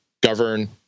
govern